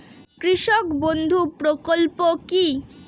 কৃষক বন্ধু প্রকল্প কি?